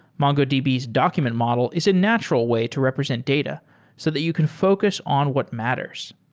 mongodb's document model is a natural way to represent data so that you can focus on what matters.